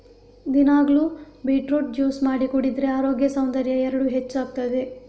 ದಿನಾಗ್ಲೂ beetroot juice ಮಾಡಿ ಕುಡಿದ್ರೆ ಅರೋಗ್ಯ ಸೌಂದರ್ಯ ಎರಡೂ ಹೆಚ್ಚಾಗ್ತದೆ